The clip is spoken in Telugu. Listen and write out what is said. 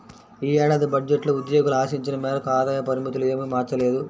ఈ ఏడాది బడ్జెట్లో ఉద్యోగులు ఆశించిన మేరకు ఆదాయ పరిమితులు ఏమీ మార్చలేదు